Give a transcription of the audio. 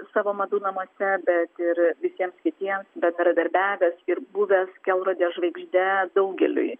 savo madų namuose bet ir visiems kitiems bendradarbiavęs ir buvęs kelrode žvaigžde daugeliui